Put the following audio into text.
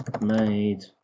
made